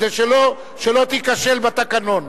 כדי שלא תיכשל בתקנון.